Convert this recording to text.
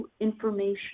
information